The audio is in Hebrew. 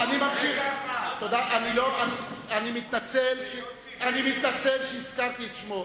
אני מתנצל שהזכרתי את שמו.